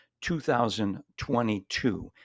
2022